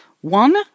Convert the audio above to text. One